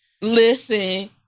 Listen